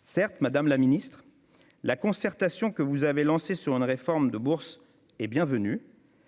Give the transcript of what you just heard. Certes, madame la ministre, la concertation que vous avez lancée sur une réforme des bourses est bienvenue,